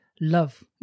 love